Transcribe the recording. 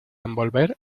envolver